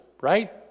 right